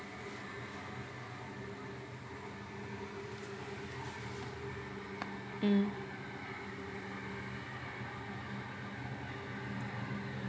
mm